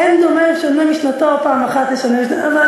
אין דומה שונה משנתו פעם אחת לשונה משנתו, אבל